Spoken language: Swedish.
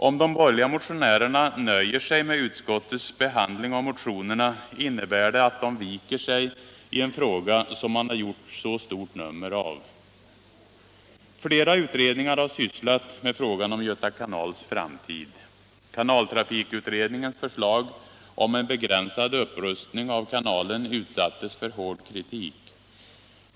Om de borgerliga motionärerna nöjer sig med utskottets behandling av motionerna, innebär det att de viker sig i en fråga som man gjort så stort nummer av. Flera utredningar har sysslat med frågan om Göta kanals framtid. Kanaltrafikutredningens förslag om en begränsad upprustning av kanalen utsattes för hård kritik.